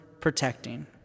protecting